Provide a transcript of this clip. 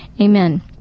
Amen